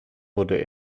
wurde